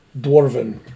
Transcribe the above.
dwarven